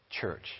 church